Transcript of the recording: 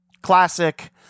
classic